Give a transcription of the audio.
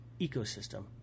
ecosystem